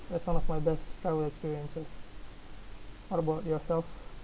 it's one of my best travel experiences what about yourself